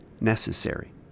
necessary